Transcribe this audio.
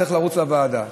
צריך לרוץ לוועדה.